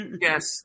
yes